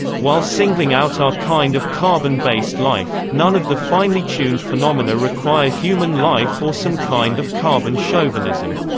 while singling out our kind of carbon-based life, none of the finely tuned phenomena require human life or some kind of carbon chauvinism.